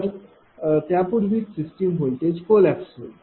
तर त्यापूर्वीच system voltage collapse होईल